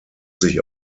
sich